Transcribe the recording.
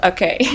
Okay